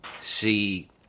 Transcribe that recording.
see